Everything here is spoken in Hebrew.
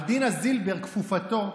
על דינה זילבר, כפופתו,